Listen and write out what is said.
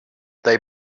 they